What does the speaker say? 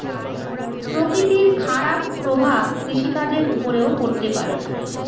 প্রকৃতির খারাপ প্রভাব কৃষিকাজের উপরেও পড়তে পারে